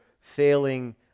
failing